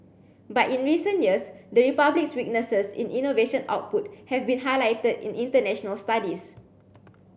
but in recent years the Republic's weaknesses in innovation output have been highlighted in international studies